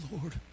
Lord